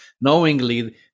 knowingly